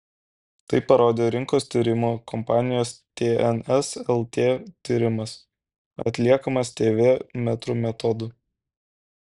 tai parodė rinkos tyrimų kompanijos tns lt tyrimas atliekamas tv metrų metodu